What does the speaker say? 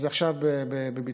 אז עכשיו זה בביצוע.